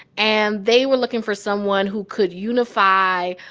and they were looking for someone who could unify,